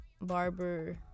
barber